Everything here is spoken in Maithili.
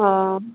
ओ